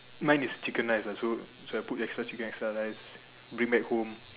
mine is chicken rice ah so so I put extra chicken extra rice bring back home